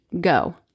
go